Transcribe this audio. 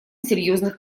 серьезных